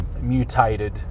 mutated